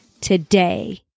today